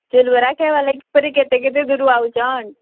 ଚଉଲ୍ ବରା ଖାଏବାର୍ ଲାଗି ପରେ କେତେ କେତେ ଦୂରୁ ଆଉଚନ୍